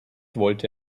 wollte